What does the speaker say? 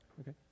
Okay